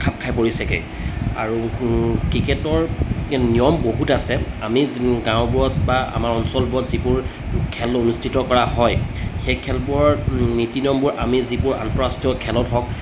খাপ খাই পৰিছেগৈ আৰু ক্ৰিকেটৰ নিয়ম বহুত আছে আমি গাঁওবোৰত বা আমাৰ অঞ্চলবোৰত যিবোৰ খেল অনুষ্ঠিত কৰা হয় সেই খেলবোৰৰ নীতি নিয়মবোৰ আমি যিবোৰ আন্তঃৰাষ্ট্ৰীয় খেলত হওক